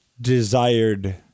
desired